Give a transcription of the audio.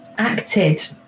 acted